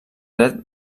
dret